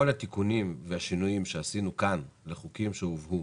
כל התיקונים והשינויים שעשינו בחוקים שהובאו,